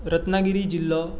रत्नागिरी जिल्लो